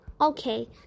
Okay